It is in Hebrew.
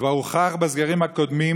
כבר הוכח בסגרים הקודמים,